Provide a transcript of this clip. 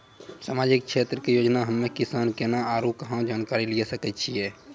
समाजिक क्षेत्र के योजना हम्मे किसान केना आरू कहाँ जानकारी लिये सकय छियै?